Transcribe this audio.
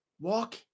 Walk